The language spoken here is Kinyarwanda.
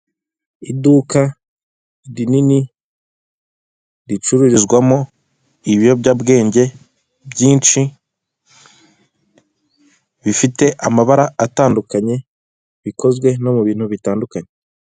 Umuhanda wa kaburimbo urimo imodoka ifite irangi ry'ubururu ihetse imizigo, imbere yayo hariho igare ndetse n'ipikipiki. Iruhande rw'imihanda hateyeho ibiti birebire.